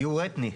טיהור אתני.